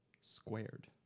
squared